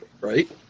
Right